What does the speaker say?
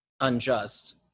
unjust-